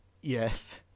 Yes